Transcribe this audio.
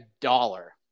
dollar